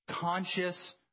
conscious